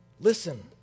Listen